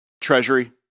Treasury